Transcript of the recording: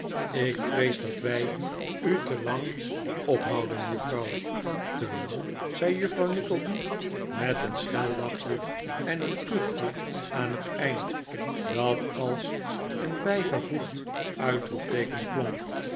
ik vrees dat wij u te lang ophouden juffrouw te lang zei juffrouw nickleby met een schel lachje en een kuchje aan het eind dat als een bijgevoegd uitroepteeken klonk